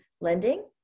lending